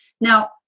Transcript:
Now